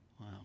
Wow